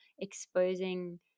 exposing